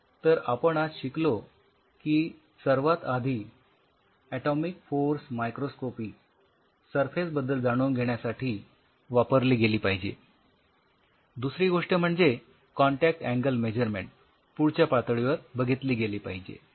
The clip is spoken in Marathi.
तर आपण आज शिकलो की सर्वात आधी ऍटोमिक फोर्स मायक्रोस्कोपी सरफेस बद्दल जाणून घेण्यासाठी वापरली गेली पाहिजे दुसरी गोष्ट म्हणजे कॉन्टॅक्ट अँगल मेझरमेन्ट पुढच्या पातळीवर बघितली गेली पाहिजे